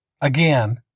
Again